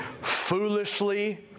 foolishly